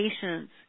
patients